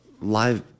live